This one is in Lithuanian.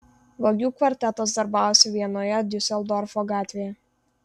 vagių kvartetas darbavosi vienoje diuseldorfo gatvėje